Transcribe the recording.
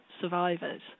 survivors